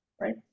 right